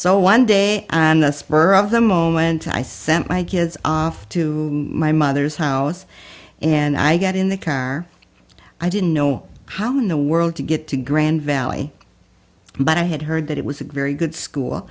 so one day and the spur of the moment i sent my kids off to my mother's house and i got in the car i didn't know how in the world to get to grand valley but i had heard that it was a very good school